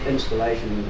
Installation